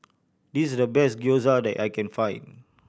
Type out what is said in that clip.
this is the best Gyoza that I can find